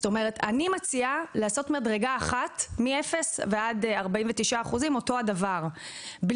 אני מציעה לעשות מדרגה אחת מאפס ועד 49 אחוזים בלי